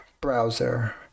Browser